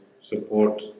support